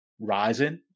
rising